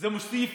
וזה מוסיף